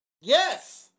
Yes